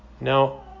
Now